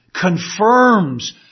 confirms